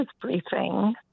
briefing